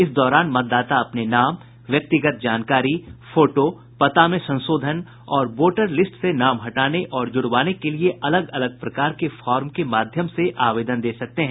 इस दौरान मतदाता अपने नाम व्यक्तिगत जानकारी फोटो पता में संशोधन और वोटर लिस्ट से नाम हटाने और जुड़वाने के लिए अलग अलग प्रकार के फार्म के माध्यम से आवेदन दे सकते हैं